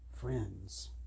friends